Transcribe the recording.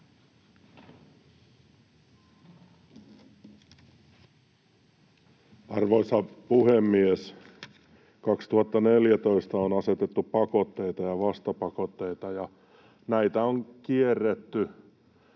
Arvoisa puhemies! 2014 on asetettu pakotteita ja vastapakotteita. Näitä on kierretty